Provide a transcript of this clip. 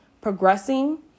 progressing